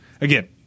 again